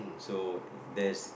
so and there's